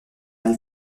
d’un